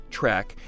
track